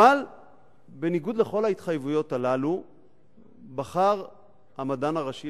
אבל בניגוד לכל ההתחייבויות הללו בחר המדען הראשי